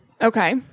Okay